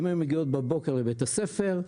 הן היו מגיעות בבוקר לבית הספר,